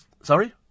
Sorry